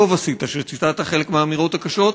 טוב עשית שציטטת חלק מהאמירות הקשות,